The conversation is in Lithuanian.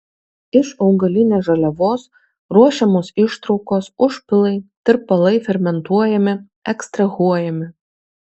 iš augalinės žaliavos ruošiamos ištraukos užpilai tirpalai fermentuojami ekstrahuojami